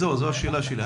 זו השאלה שלי.